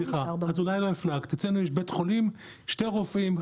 אצלנו יש שני רופאים,